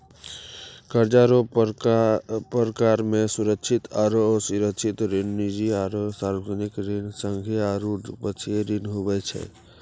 कर्जा रो परकार मे सुरक्षित आरो असुरक्षित ऋण, निजी आरो सार्बजनिक ऋण, संघीय आरू द्विपक्षीय ऋण हुवै छै